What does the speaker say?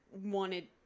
Wanted